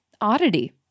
oddity